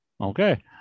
okay